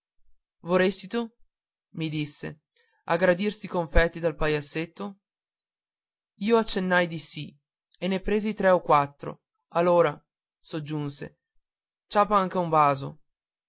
voresistu mi disse agradir sti confeti del pagiazzeto io accennai di sì e ne presi tre o quattro alora soggiunse ciapa anca un baso